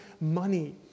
money